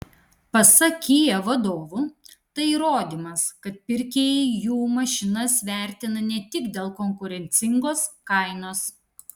pasak kia vadovų tai įrodymas kad pirkėjai jų mašinas vertina ne tik dėl konkurencingos kainos